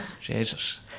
Jesus